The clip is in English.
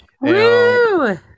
Woo